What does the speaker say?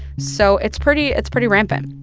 so it's pretty it's pretty rampant